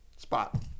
spot